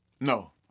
No